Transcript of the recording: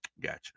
Gotcha